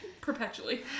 Perpetually